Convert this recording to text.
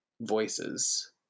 voices